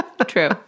True